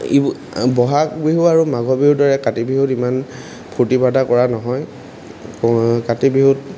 ইব বহাগ বিহু আৰু মাঘৰ বিহুৰ দৰে কাতি বিহুত ইমান ফূৰ্তি ফাৰ্তা কৰা নহয় কাতি বিহুত